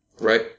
Right